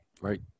right